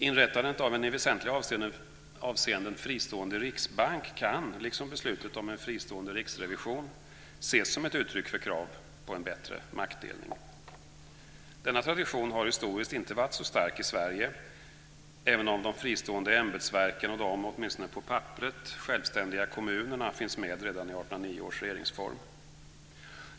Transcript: Inrättandet av en i väsentliga avseenden fristående riksbank kan, liksom beslutet om en fristående riksrevision, ses som ett uttryck för krav på en bättre maktdelning. Denna tradition har historiskt sett inte varit så stark i Sverige, även om de fristående ämbetsverken och de, åtminstone på papperet, självständiga kommunerna finns med redan i 1809 års regeringsform.